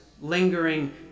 lingering